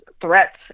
threats